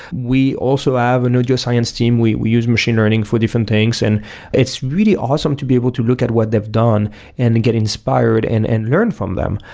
we also have an audio science team. we we use machine learning for different things, and it's really awesome to be able to look at what they've done and and get inspired and and learn from them,